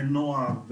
בני נוער,